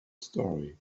story